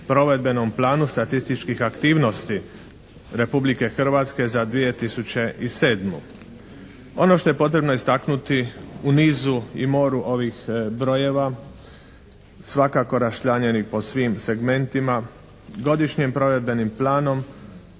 provedbenom planu statističkih aktivnosti Republike Hrvatske za 2007. Ono što je potrebno istaknuti u nizu i moru ovih brojeva svakako raščlanjenih po svim segmentima Godišnjim provedbenim planom